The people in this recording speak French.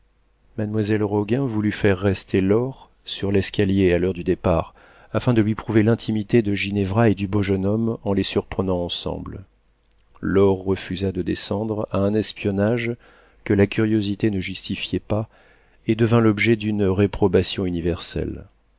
mademoiselle roguin voulut faire rester laure sur l'escalier à l'heure du départ afin de lui prouver l'intimité de ginevra et du beau jeune homme en les surprenant ensemble laure refusa de descendre à un espionnage que la curiosité ne justifiait pas et devint l'objet d'une réprobation universelle